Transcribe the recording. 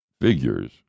figures